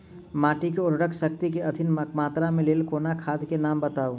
माटि मे उर्वरक शक्ति केँ अधिक मात्रा केँ लेल कोनो खाद केँ नाम बताऊ?